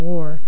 War